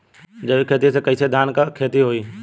जैविक खेती से कईसे धान क खेती होई?